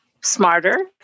smarter